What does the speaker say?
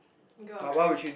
girl or guy